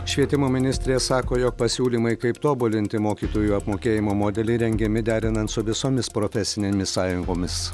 švietimo ministrė sako jog pasiūlymai kaip tobulinti mokytojų apmokėjimo modelį rengiami derinant su visomis profesinėmis sąjungomis